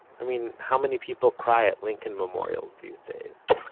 i mean how many people cry at lincoln memorials these days?